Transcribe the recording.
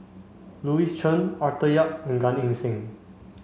Louis Chen Arthur Yap and Gan Eng Seng